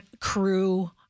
crew